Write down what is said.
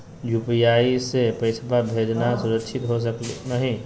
UPI स पैसवा भेजना सुरक्षित हो की नाहीं?